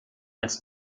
als